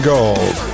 Gold